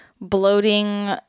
bloating